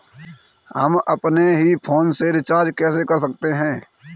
हम अपने ही फोन से रिचार्ज कैसे कर सकते हैं?